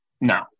No